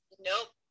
nope